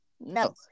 no